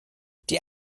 die